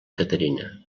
caterina